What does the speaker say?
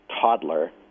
toddler